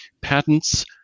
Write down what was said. patents